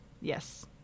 yes